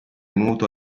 nuoto